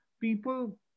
people